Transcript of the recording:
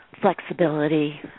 flexibility